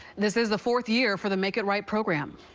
this is the fourth year for the make it right program.